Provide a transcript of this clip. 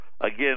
again